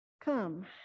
Come